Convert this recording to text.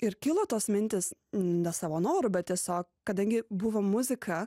ir kilo tos mintys ne savo noru bet tiesiog kadangi buvo muzika